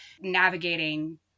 navigating